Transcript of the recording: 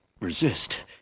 resist